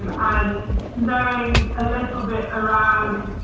and and knowing a little bit around